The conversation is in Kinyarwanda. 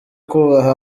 kubaha